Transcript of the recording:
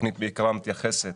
התוכנית בעיקרה מתייחסת